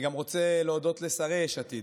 אני גם רוצה להודות לשרי יש עתיד,